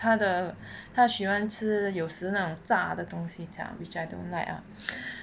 她的她喜欢吃有时那种炸的东西 ah which I don't like ah